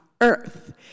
earth